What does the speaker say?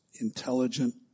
intelligent